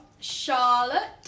Charlotte